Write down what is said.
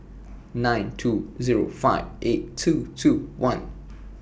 nine two Zero five eight two two one